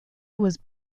was